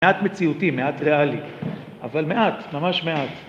מעט מציאותי, מעט ריאלי, אבל מעט, ממש מעט